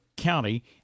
county